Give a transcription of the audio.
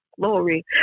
glory